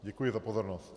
Děkuji za pozornost.